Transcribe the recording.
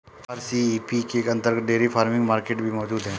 RCEP के अंतर्गत dairy farming market भी मौजूद है